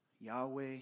Yahweh